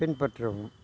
பின்பற்றவும்